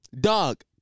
Dog